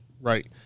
Right